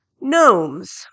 gnomes